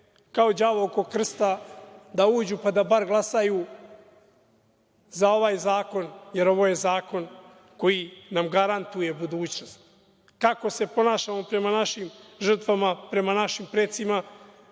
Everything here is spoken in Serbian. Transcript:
kao đavo oko krsta, da uđu pa da bar glasaju za ovaj zakon, jer je ovo zakon koji nam garantuje budućnost. Kako se ponašamo prema našim žrtvama, prema našim precima,